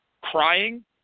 crying